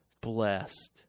blessed